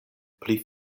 pli